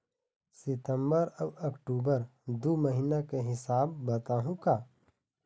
सितंबर अऊ अक्टूबर दू महीना के हिसाब बताहुं का?